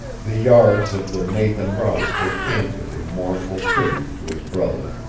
the yards of the nathan ross were canted in mournful tribute to his brother.